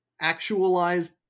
actualize